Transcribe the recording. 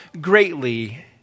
greatly